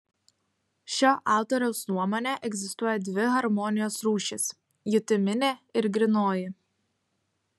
šio autoriaus nuomone egzistuoja dvi harmonijos rūšys jutiminė ir grynoji